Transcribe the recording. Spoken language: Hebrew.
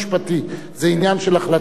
זה עניין של החלטות המדינה,